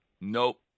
Nope